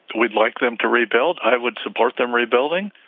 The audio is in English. we'd like them to rebuild. i would support them rebuilding.